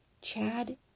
Chad